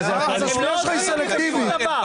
השמיעה שלך היא סלקטיבית.